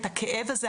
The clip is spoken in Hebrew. את הכאב הזה,